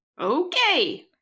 okay